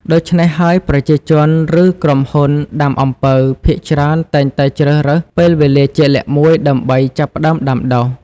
ដូច្នេះហើយ ប្រជាជន ឬក្រុមហ៊ុនដាំអំពៅភាគច្រើនតែងតែជ្រើសរើសពេលវេលាជាក់លាក់មួយដើម្បីចាប់ផ្តើមដាំដុះ។